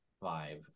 five